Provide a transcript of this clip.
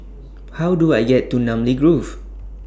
How Do I get to Namly Grove